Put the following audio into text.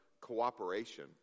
cooperation